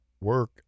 work